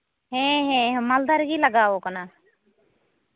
ᱦᱮᱸ ᱦᱮᱸ ᱢᱟᱞᱫᱟ ᱨᱮᱜᱮ ᱞᱟᱜᱟᱣ ᱟᱠᱟᱱᱟ